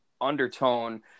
undertone